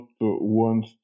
want